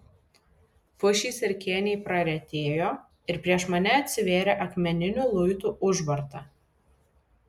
pušys ir kėniai praretėjo ir prieš mane atsivėrė akmeninių luitų užvarta